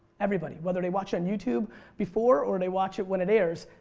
everybody, whether they watched on youtube before or they watch it when it airs.